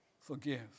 forgive